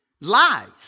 lies